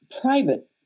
private